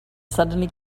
suddenly